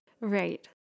right